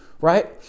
right